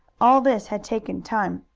all this had taken time.